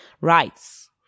rights